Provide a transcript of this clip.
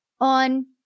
on